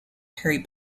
harry